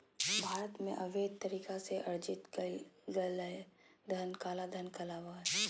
भारत में, अवैध तरीका से अर्जित कइल गेलय धन काला धन कहलाबो हइ